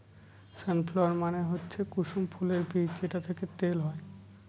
সান flower মানে হচ্ছে কুসুম ফুলের বীজ যেটা থেকে তেল হয়